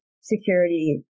security